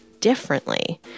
differently